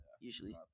usually